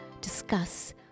discuss